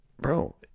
bro